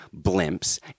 blimps